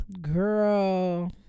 girl